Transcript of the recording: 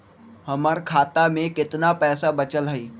हमर खाता में केतना पैसा बचल हई?